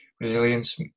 resilience